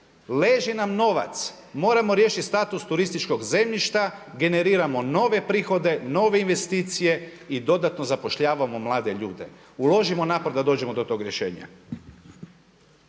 Leži nam novac, moramo riješiti status turističkog zemljišta, generiramo nove prihode, nove investicije i dodatno zapošljavamo mlade ljude. Uložimo napor da dođemo do tog rješenja.